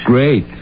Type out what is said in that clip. Great